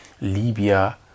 Libya